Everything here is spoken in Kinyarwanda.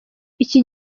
iki